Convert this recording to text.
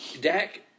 Dak